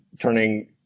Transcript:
turning